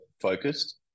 focused